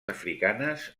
africanes